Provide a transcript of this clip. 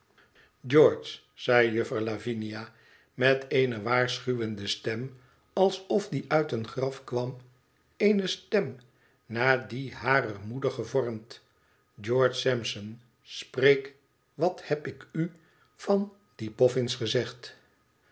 george zei juffer lavinia met eene waarschuwende stem alsof die uit een graf kwam eene stem naar die harer moeder gevormd t george sarapson spreek wat heb ik u van die boffins gezegd